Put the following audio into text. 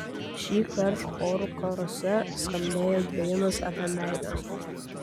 šįkart chorų karuose skambėjo dainos apie meilę